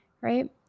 right